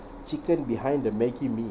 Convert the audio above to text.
chicken behind the Maggi mee